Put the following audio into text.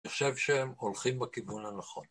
‫אני חושב שהם הולכים בכיוון הנכון.